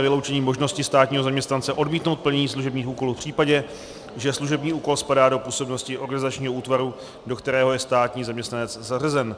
Vyloučení možnosti státního zaměstnance odmítnout plnění služebních úkolů v případě, že služební úkol spadá do působnosti organizačního útvaru, do kterého je státní zaměstnanec zařazen.